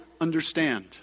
understand